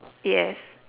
yes